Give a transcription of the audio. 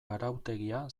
arautegia